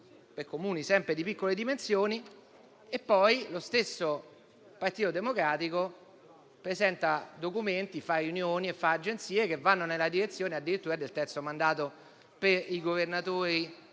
per Comuni sempre di piccole dimensioni. Eppure lo stesso Partito Democratico presenta documenti, fa riunioni e agenzie che chiedono addirittura il terzo mandato per i governatori